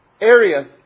area